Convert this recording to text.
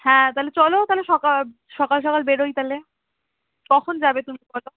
হ্যাঁ তাহলে চলো তাহলে সকা সকাল সকাল বেরোই তাহলে কখন যাবে তুমি বলো